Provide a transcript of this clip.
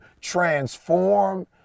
transform